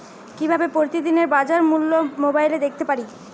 কিভাবে প্রতিদিনের বাজার মূল্য মোবাইলে দেখতে পারি?